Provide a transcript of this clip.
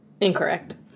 Incorrect